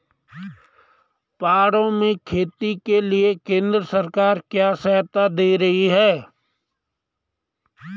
पहाड़ों में खेती के लिए केंद्र सरकार क्या क्या सहायता दें रही है?